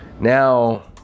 Now